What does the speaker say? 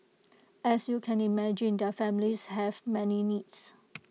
as you can imagine their families have many needs